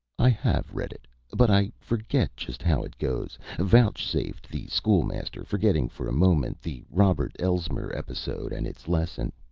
i have read it, but i forget just how it goes, vouchsafed the school-master, forgetting for a moment the robert elsmere episode and its lesson.